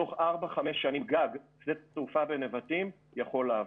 תוך ארבע-חמש שנים גג שדה התעופה בנבטים יכול לעבוד.